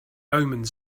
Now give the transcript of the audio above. omens